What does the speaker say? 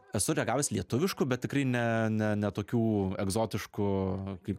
esu ragavęs lietuviškų bet tikrai ne ne ne tokių egzotiškų kaip